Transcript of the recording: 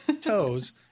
toes